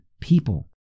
people